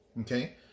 Okay